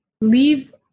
leave